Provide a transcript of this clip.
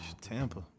Tampa